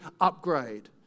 upgrade